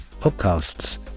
podcasts